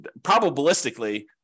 probabilistically